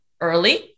early